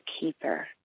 keeper